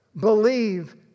Believe